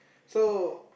so